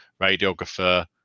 Radiographer